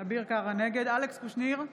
אלכס קושניר,